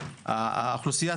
אסדר,